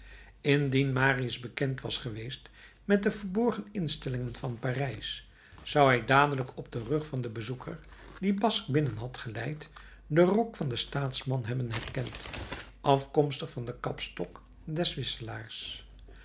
indien marius bekend was geweest met de verborgen instellingen van parijs zou hij dadelijk op den rug van den bezoeker dien basque binnen had geleid den rok van den staatsman hebben herkend afkomstig van den kapstok des